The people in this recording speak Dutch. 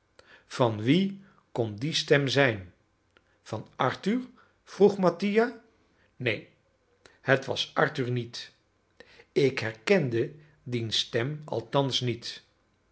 van wie kon die stem zijn van arthur vroeg mattia neen het was arthur niet ik herkende diens stem althans niet